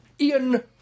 Ian